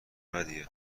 بدیه